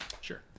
Sure